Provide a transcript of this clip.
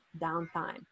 downtime